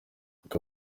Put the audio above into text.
uko